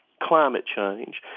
climate change,